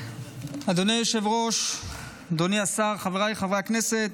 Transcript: אדוני היושב-ראש, אדוני השר, חבריי חברי הכנסת,